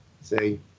say